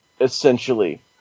essentially